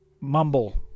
Mumble